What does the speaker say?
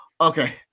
Okay